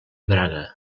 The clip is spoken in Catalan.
braga